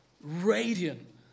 radiant